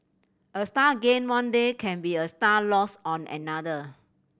a star gained one day can be a star lost on another